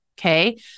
Okay